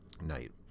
night